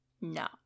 No